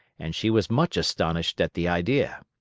and she was much astonished at the idea.